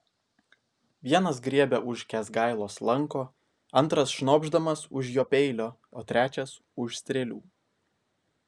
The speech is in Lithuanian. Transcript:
vienas griebia už kęsgailos lanko antras šnopšdamas už jo peilio o trečias už strėlių